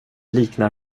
liknar